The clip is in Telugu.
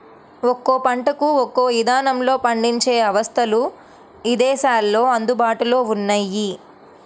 ఒక్కో పంటకు ఒక్కో ఇదానంలో పండించే అవస్థలు ఇదేశాల్లో అందుబాటులో ఉన్నయ్యి